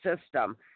system